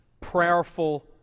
prayerful